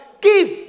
Give